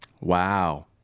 Wow